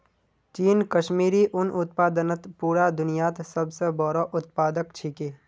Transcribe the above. चीन कश्मीरी उन उत्पादनत पूरा दुन्यात सब स बोरो उत्पादक छिके